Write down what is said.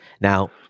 Now